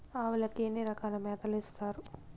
ఆవులకి ఎన్ని రకాల మేతలు ఇస్తారు?